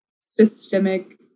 systemic